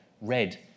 red